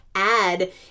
Add